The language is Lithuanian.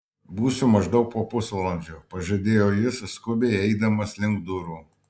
būsiu maždaug po pusvalandžio pažadėjo jis skubiai eidamas link durų